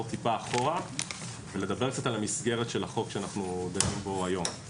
טיפה אחורה ולדבר קצת על המסגרת של החוק שאנחנו דנים בו היום.